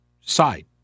side